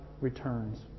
returns